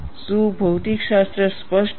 શું ભૌતિકશાસ્ત્ર સ્પષ્ટ છે